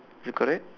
is it correct